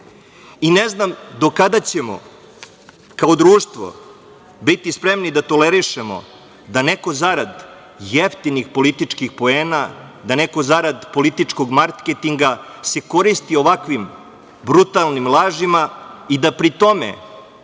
znam do kada ćemo kao društvo biti spremni da tolerišemo da neko zarad jeftinih političkih poena, da neko zarad političkog marketinga se koristi ovakvim brutalnim lažima i da pri tome